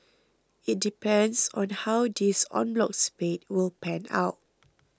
it depends on how this en bloc spate will pan out